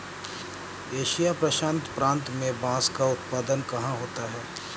Asia प्रशांत प्रांत में बांस का उत्पादन कहाँ होता है?